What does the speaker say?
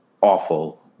awful